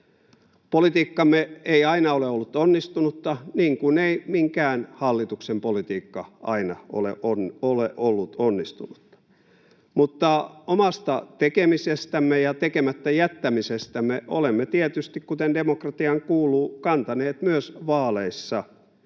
Politiikkamme ei aina ole ollut onnistunutta, niin kuin ei minkään hallituksen politiikka aina ole ollut onnistunutta, mutta omasta tekemisestämme ja tekemättä jättämisestämme olemme tietysti, kuten demokratiaan kuuluu, kantaneet myös vaaleissa